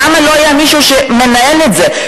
למה לא היה מישהו שמנהל את זה?